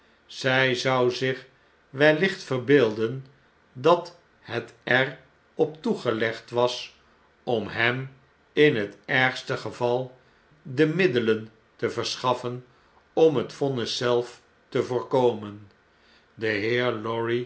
zg zou zich wellicht verbeelden dat het er op toegelegd was om hem in het ergste geval de middelen te verschaffen om het vonnis zelf te voorkomen de heer lorry